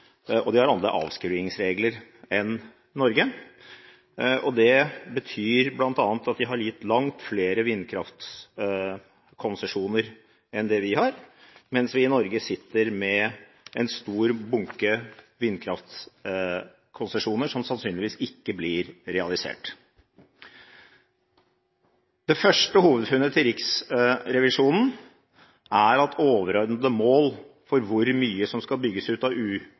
og de har andre avskrivingsregler enn Norge. Det betyr bl.a. at de har gitt langt flere vindkraftkonsesjoner enn det vi har – vi i Norge sitter med en stor bunke vindkraftkonsesjoner som sannsynligvis ikke blir realisert. Det første hovedfunnet fra Riksrevisjonen er at overordnede mål for hvor mye som skal bygges ut av